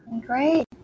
great